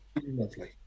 lovely